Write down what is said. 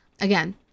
Again